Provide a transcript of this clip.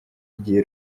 igihe